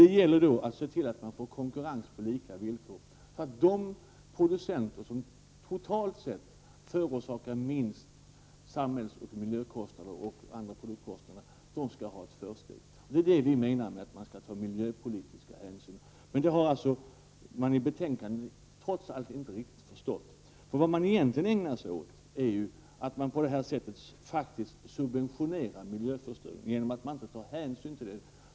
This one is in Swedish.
Det gäller då att få konkurrens på lika villkor, så att de producenter som totalt sett förorsakar minst samhälls och miljökostnader och andra produktkostnader skall ha ett försteg. Det är detta vi menar med att man skall ta miljöpolitiska hänsyn. Men det har utskottsmajoriteten trots allt inte riktigt förstått. Vad man egentligen ägnar sig åt är ju att subventionera miljöförstöring genom att inte ta miljöpolitiska hänsyn.